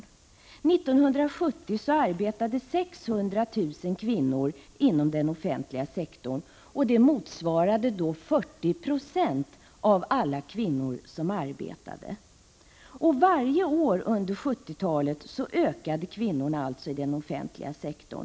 1970 arbetade 600 000 kvinnor inom den offentliga sektorn, och det motsvarade då 40 96 av alla kvinnor som arbetade. Varje år under 1970-talet ökade antalet kvinnor i den offentliga sektorn.